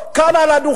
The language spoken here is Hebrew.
ככה יאמר לך כל אדם,